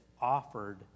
offered